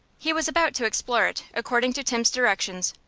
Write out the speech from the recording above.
he was about to explore it, according to tim's directions,